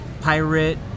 pirate